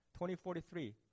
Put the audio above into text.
2043